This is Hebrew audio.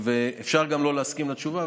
אפשר גם לא להסכים לתשובה.